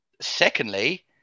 secondly